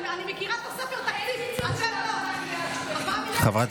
אני מכירה את הספר, חברת הכנסת גוטליב, חברת